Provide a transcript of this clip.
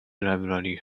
library